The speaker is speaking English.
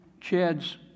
Chad's